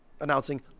announcing